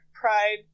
pride